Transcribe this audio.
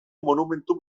monumentu